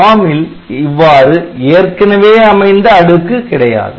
ARM ல் இவ்வாறு ஏற்கனவே அமைந்த அடுக்கு கிடையாது